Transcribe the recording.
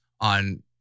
on